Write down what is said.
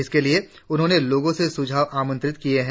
इसके लिए उन्होंने लोगों के सुझाव आमंत्रित किये हैं